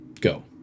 Go